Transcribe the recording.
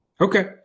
Okay